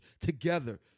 together